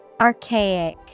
Archaic